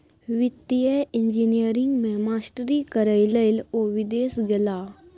वित्तीय इंजीनियरिंग मे मास्टरी करय लए ओ विदेश गेलाह